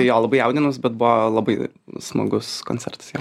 jo labai jaudinaus bet buvo labai smagus koncertas jo